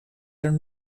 een